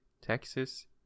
texas